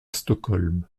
stockholm